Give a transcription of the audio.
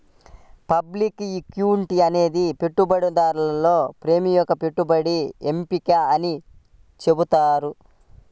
public equity అనేది పెట్టుబడిదారులలో ప్రముఖ పెట్టుబడి ఎంపిక అని చెబుతున్నారు